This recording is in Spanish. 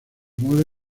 mueve